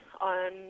on